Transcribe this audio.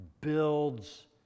builds